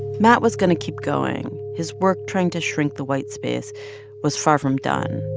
matt was going to keep going. his work trying to shrink the white space was far from done.